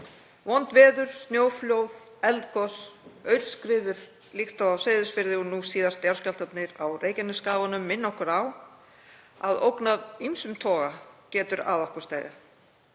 Vond veður, snjóflóð, eldgos, aurskriður líkt og á Seyðisfirði og nú síðast jarðskjálftarnir á Reykjanesskaganum minna okkur á að ógn af ýmsum toga getur að okkur steðjað.